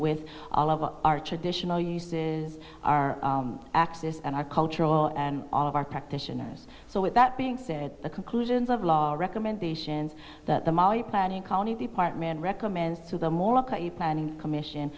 with all of our traditional uses our access and our cultural and all of our practitioners so with that being said the conclusions of law recommendations that the mali planning county department recommends to them or look at a planning commission